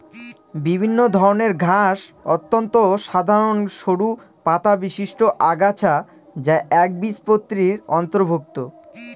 বিভিন্ন ধরনের ঘাস অত্যন্ত সাধারন সরু পাতাবিশিষ্ট আগাছা যা একবীজপত্রীর অন্তর্ভুক্ত